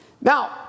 Now